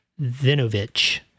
Vinovich